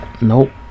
Nope